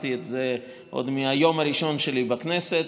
למדתי את זה עוד מהיום הראשון שלי בכנסת,